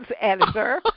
editor